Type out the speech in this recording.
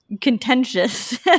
contentious